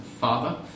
father